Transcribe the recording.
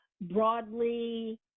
Broadly